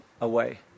away